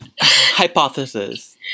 Hypothesis